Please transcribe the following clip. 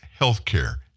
healthcare